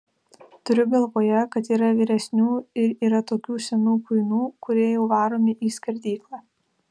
turiu galvoje kad yra vyresnių ir yra tokių senų kuinų kurie jau varomi į skerdyklą